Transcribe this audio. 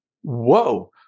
whoa